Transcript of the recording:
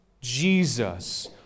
Jesus